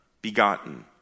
begotten